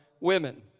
women